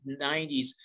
90s